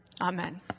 Amen